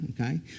okay